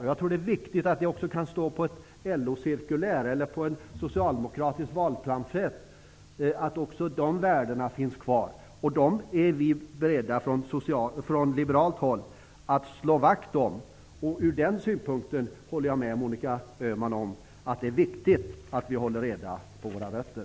Jag tror att det är viktigt att det också på ett LO-cirkulär eller på en socialdemokratisk valpamflett kan stå att de värdena finns kvar. Dem är vi från liberalt håll beredda att slå vakt om. Ur den synpunkten håller jag med Monica Öhman om att det är viktigt att vi håller reda på våra rötter.